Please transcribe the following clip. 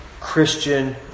Christian